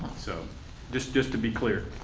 so just just to be clear.